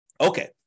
Okay